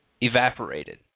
evaporated